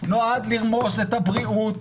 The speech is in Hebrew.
נועד לרמוס את הבריאות,